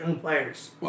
players